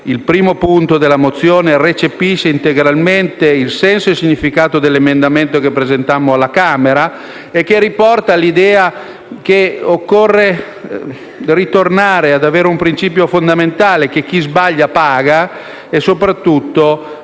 il primo punto dell'ordine del giorno G1 recepisce integralmente il senso e il significato dell'emendamento che presentammo alla Camera, che riporta all'idea che occorra tornare al principio fondamentale del «chi sbaglia paga» e, soprattutto,